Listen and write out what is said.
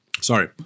sorry